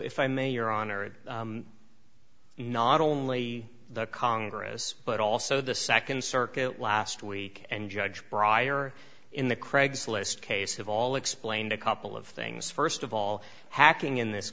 if i may your honor not only the congress but also the second circuit last week and judge brier in the craigslist case have all explained a couple of things first of all hacking in this